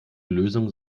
lösung